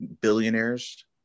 billionaires